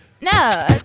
No